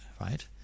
Right